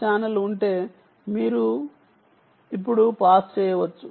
C channel ఉంటే ఇప్పుడు మీరు పాస్ చేయవచ్చు